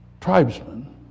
tribesmen